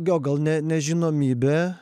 jo gal ne nežinomybė